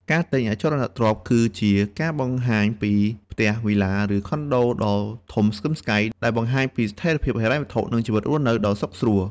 ការទិញអចលនទ្រព្យគឺជា ការបង្ហាញពីផ្ទះ វីឡា ឬខុនដូដ៏ធំស្កឹមស្កៃ ដែលបង្ហាញពីស្ថិរភាពហិរញ្ញវត្ថុ និងជីវិតរស់នៅដ៏សុខស្រួល។